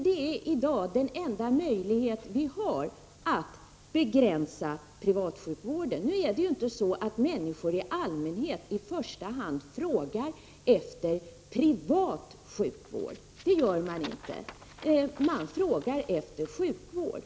Det är i dag den enda möjlighet vi har att begränsa privatsjukvården. Nu är det ju inte så att människor i första hand frågar efter just privatsjukvård — man frågar efter sjukvård.